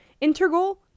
integral